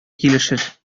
килешер